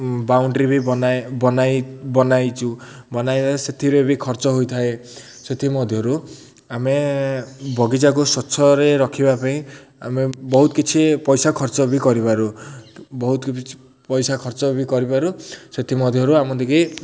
boundary ବି ବନାଏ ବନାଇ ବନାଇଛୁ ବନାଇଲେ ସେଥିରେ ବି ଖର୍ଚ୍ଚ ହେଇଥାଏ ସେଥିମଧ୍ୟରୁ ଆମେ ବଗିଚାକୁ ସ୍ଵଚ୍ଛରେ ରଖିବା ପାଇଁ ଆମେ ବହୁତ କିଛି ପଇସା ଖର୍ଚ୍ଚ ବି କରିପାରୁ ବହୁତ କିଛି ପଇସା ଖର୍ଚ୍ଚ ବି କରିପାରୁ ସେଥିମଧ୍ୟରୁ ଆମ ଦେକି